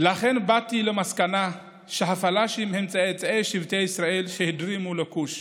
"לכן באתי למסקנה שהפלאשים הם צאצאי שבטי ישראל שהדרימו לכוש"